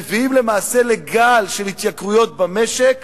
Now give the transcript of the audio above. מביאים למעשה לגל של התייקרויות במשק,